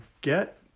get